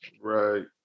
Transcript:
Right